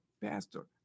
pastor